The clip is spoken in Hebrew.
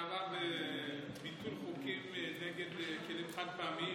אני חושב שהממשלה התאהבה בביטול חוקים נגד כלים חד-פעמיים.